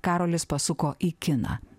karolis pasuko į kiną